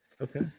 Okay